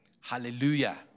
Hallelujah